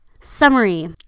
Summary